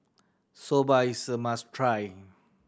soba is a must try